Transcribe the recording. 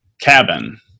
cabin